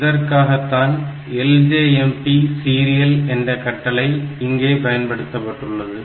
இதற்காகத்தான் LJMP serial என்ற கட்டளை இங்கே பயன்படுத்தப்பட்டுள்ளது